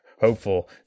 hopeful